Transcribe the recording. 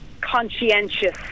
conscientious